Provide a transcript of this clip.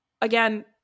again